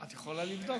את יכולה לבדוק.